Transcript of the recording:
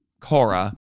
Cora